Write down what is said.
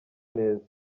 neza